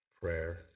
prayer